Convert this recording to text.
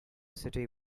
city